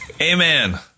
amen